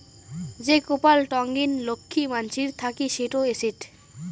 যে কপাল টঙ্নি লক্ষী মানসির থাকি সেটো এসেট